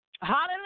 hallelujah